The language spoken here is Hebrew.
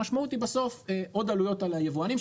המשמעות היא בסוף עוד עלויות על היבואנים,